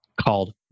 called